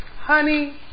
honey